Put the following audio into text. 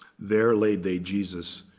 there lay they jesus